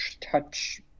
touch